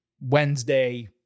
Wednesday